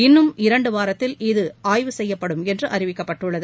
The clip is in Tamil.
இன்னும் இரண்டு வாரத்தில் இது ஆய்வு செய்யப்படும் என்று அறிவிக்கப்பட்டுள்ளது